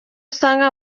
usanga